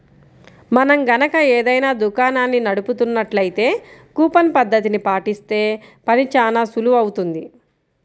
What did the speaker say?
మనం గనక ఏదైనా దుకాణాన్ని నడుపుతున్నట్లయితే కూపన్ పద్ధతిని పాటిస్తే పని చానా సులువవుతుంది